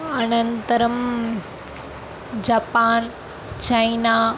अनन्तरं Japan China